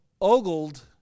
ogled